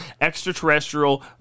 extraterrestrial